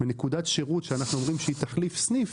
בנקודת שירות שאנחנו אומרים שהיא תחליף סניף,